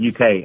UK